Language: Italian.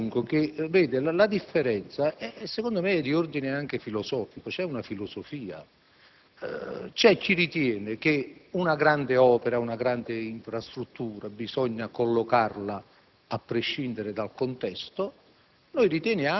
costituzione del Governo. La differenza è, secondo me, di ordine anche filosofico. C'è una filosofia. C'è chi ritiene che una grande opera o una grande infrastruttura bisogna collocarla a prescindere dal contesto;